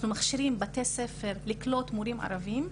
מכשירים בתי ספר לקלוט מורים ערבים.